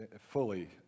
fully